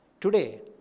Today